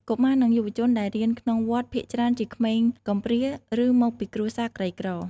កុមារ និងយុវជនដែលរៀនក្នុងវត្តភាគច្រើនជាក្មេងកំព្រាឬមកពីគ្រួសារក្រីក្រ។